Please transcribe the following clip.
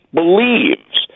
believes